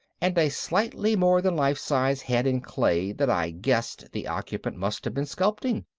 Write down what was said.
and a slightly more than life-size head in clay that i guessed the occupant must have been sculpting.